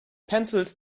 pencils